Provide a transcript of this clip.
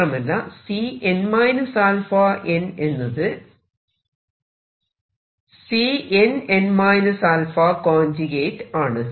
മാത്രമല്ല C n α n എന്നത് Cn n α ആണ്